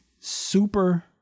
super